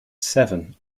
seven